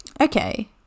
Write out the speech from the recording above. Okay